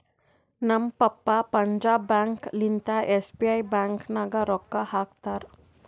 ನಮ್ ಪಪ್ಪಾ ಪಂಜಾಬ್ ಬ್ಯಾಂಕ್ ಲಿಂತಾ ಎಸ್.ಬಿ.ಐ ಬ್ಯಾಂಕ್ ನಾಗ್ ರೊಕ್ಕಾ ಹಾಕ್ತಾರ್